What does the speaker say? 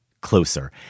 closer